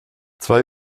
zwei